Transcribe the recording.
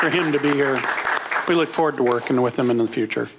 for him to be here we look forward to working with him in the future